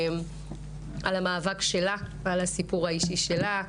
והיא סיפרה לי על המאבק שלה ועל הסיפור האישי שלה,